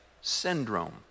syndrome